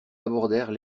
abordèrent